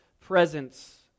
presence